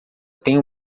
tenho